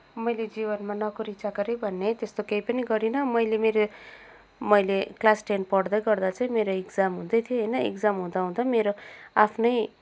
मैले जीवनमा नोकरी चाकरी भन्ने त्यस्तो केही पनि गरिनँ मैले मेरो मैले क्लास टेन पढ्दै गर्दा चाहिँ मेरो एक्जाम हुँदै थियो होइन एक्जाम हुँदाहुँदै मेरो आफ्नै